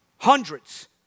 Hundreds